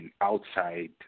outside